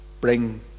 bring